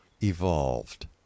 evolved